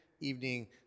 evening